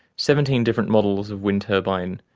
seventeen different models of wind turbine,